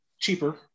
cheaper